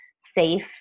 safe